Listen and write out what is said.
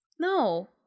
No